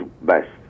best